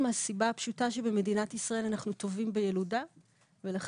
זה מהסיבה הפשוטה שבמדינת ישראל אנחנו טובים בילודה ואכן